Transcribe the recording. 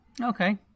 Okay